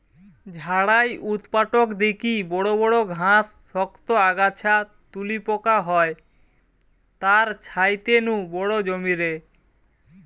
ঝাড়াই উৎপাটক দিকি বড় বড় ঘাস, শক্ত আগাছা তুলি পোকা হয় তার ছাইতে নু বড় জমিরে